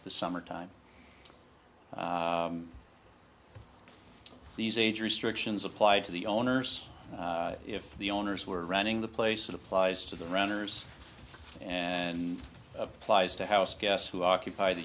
summer time these age restrictions applied to the owners if the owners were running the place it applies to the runners and applies to house guests who occupy the